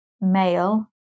male